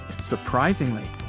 Surprisingly